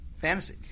Fantasy